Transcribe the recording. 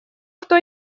кто